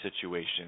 situation